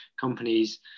companies